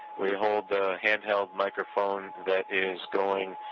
we hold the hand held microphone that is going